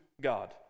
God